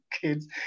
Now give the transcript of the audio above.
kids